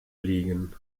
liegen